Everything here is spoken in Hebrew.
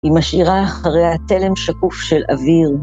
‫היא משאירה אחריה תלם שקוף ‫של אוויר